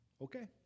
okay